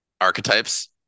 archetypes